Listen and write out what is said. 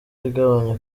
igabanya